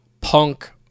punk